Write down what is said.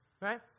right